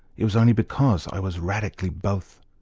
it was only because i was radically both.